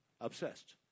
obsessed